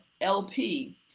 LP